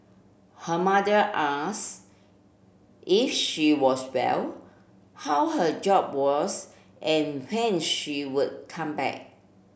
her mother ask if she was well how her job was and when she would come back